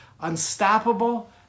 unstoppable